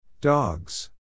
Dogs